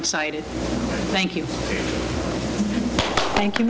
excited thank you thank you